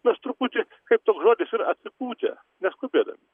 mes truputį kaip toks žodis ir atsipūtę neskubėdami